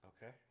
Okay